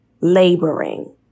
laboring